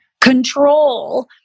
control